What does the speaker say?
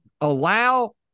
allow